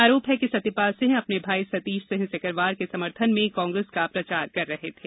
आरोप है कि सत्यपाल सिंह अपने भाई संतीश सिंह सिकरवार के समर्थन में कांग्रेस का प्रचार कर रहे थे